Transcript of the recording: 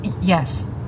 Yes